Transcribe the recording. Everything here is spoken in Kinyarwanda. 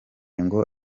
ngo